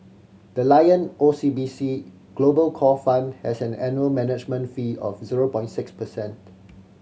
the Lion O C B C Global Core Fund has an annual management fee of zero point six percent